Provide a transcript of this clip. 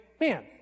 man